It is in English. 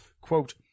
Quote